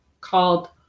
called